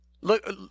look